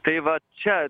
tai va čia